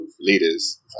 leaders